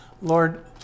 Lord